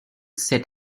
set